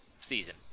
season